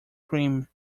cream